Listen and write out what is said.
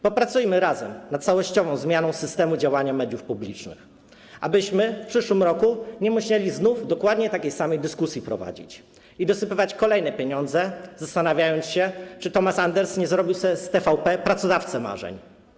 Popracujmy razem nad całościową zmianą systemu działania mediów publicznych, abyśmy w przyszłym roku nie musieli znów prowadzić dokładnie takiej samej dyskusji i dosypywać kolejnych pieniędzy, zastanawiając się, czy Thomas Anders nie zrobił sobie z TVP pracodawcy marzeń.